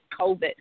COVID